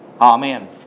Amen